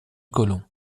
côlon